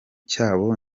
cyabo